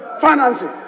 financing